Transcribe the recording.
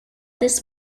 this